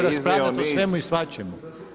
raspravljati o svemu i svačemu?